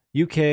UK